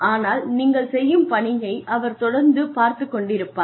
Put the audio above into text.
ஆனால் நீங்கள் செய்யும் பணியை அவர் தொடர்ந்து பார்த்துக் கொண்டிருப்பார்